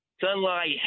sunlight